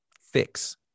fix